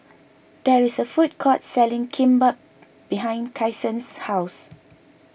there is a food court selling Kimbap behind Kyson's house